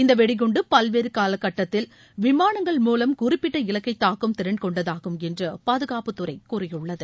இந்த வெடிகுண்டு பல்வேறு காலகட்டத்தில் விமானங்கள் மூவம் குறிப்பிட்ட இலக்கை தாக்கும் திறன் கொண்டதாகும் என்று பாதுகாப்புத்துறை கூறியுள்ளது